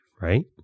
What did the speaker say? right